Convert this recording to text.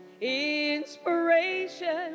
inspiration